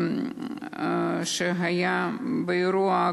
כשהיה האירוע,